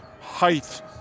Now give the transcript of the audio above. height